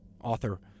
Author